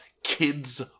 kids